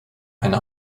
eine